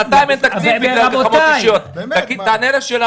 תן תשובה טכנית לשאלה